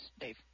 dave